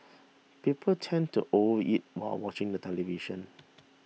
people tend to overeat while watching the television